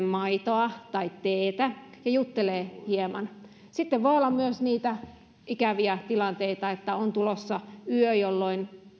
maitoa tai teetä ja juttelee hieman sitten voi olla myös niitä ikäviä tilanteita että on tulossa yö jolloin